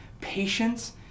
patience